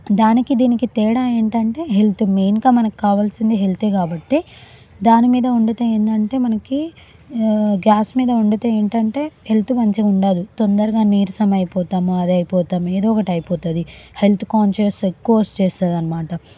దానికి దీనికి తేడా ఏంటంటే హెల్తు మెయిన్గా మనకి కావాల్సింది హెల్తే కాబట్టి దాని మీద వండితే ఏందంటే మనకి గ్యాస్ మీద వండితే ఏంటంటే హెల్త్ మంచిగా ఉండదు తొందరగా నీరసం అయిపోతాము అదై పోతాము ఏదో ఒకటి అయిపోతుంది హెల్త్ కాన్సియస్ ఎక్కువ వచ్చేస్తుంది అనమాట